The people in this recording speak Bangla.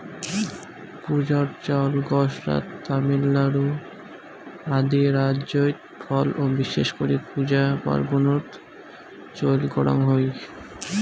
পূজার চাউল গুজরাত, তামিলনাড়ু আদি রাইজ্যত ফল ও বিশেষ করি পূজা পার্বনত চইল করাঙ হই